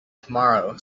tomorrow